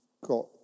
got